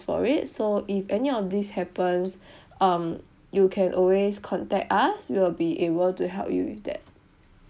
for it so if any of this happens um you can always contact us we will be able to help you with that